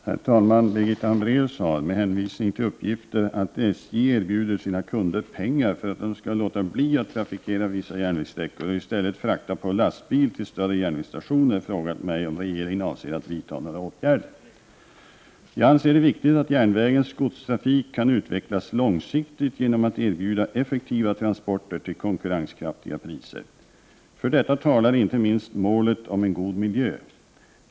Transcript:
Herr talman! Birgitta Hambraeus har, med hänvisning till uppgifter att SJ erbjuder sina kunder pengar för att de skall låta bli att trafikera vissa järnvägssträckor och i stället frakta på lastbil till större järnvägsstationer, Prot. 1988/89:72 frågat mig om regeringen avser att vidta några åtgärder. 23 februari 1989 Jag anser det viktigt att järnvägens godstrafik kan utvecklas långsiktigt genom att erbjuda effektiva transporter till konkurrenskraftiga priser. För detta talar inte minst målet om en god miljö.